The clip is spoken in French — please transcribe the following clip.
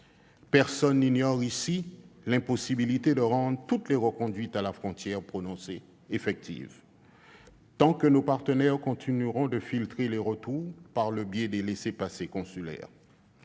Personne n'ignore ici l'impossibilité de rendre effectives toutes les reconduites à la frontière prononcées, tant que nos partenaires continueront de filtrer les retours par le biais des laissez-passer consulaires.